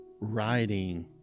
writing